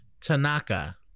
Tanaka